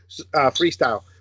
freestyle